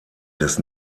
des